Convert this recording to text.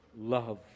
love